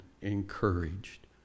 encouraged